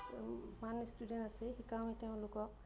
মান ইষ্টুডেণ্ট আছে শিকাওঁ তেওঁলোকক